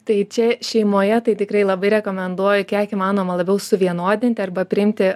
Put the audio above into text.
tai čia šeimoje tai tikrai labai rekomenduoju kiek įmanoma labiau suvienodinti arba priimti